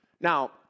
Now